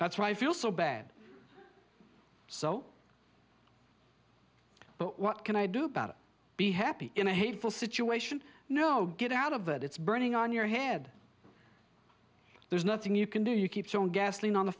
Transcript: that's why i feel so bad so but what can i do better be happy in a hateful situation no get out of that it's burning on your head there's nothing you can do you keep your own gasoline on the